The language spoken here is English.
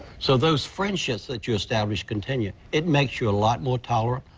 so those friendships that you establish continue. it makes you a lot more tolerant,